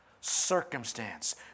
circumstance